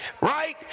right